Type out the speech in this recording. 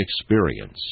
experience